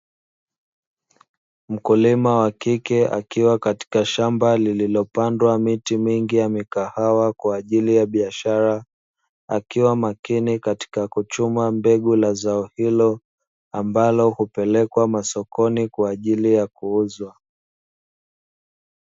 Mkulima wa kike akiwa katika shamba lililopandwa miti mingi ya mikahawa kwa ajili ya biashara, akiwa makini katika kuchuma mbegu la zao hilo, ambalo hupelekwa masokoni kwa ajili ya kuuzwa.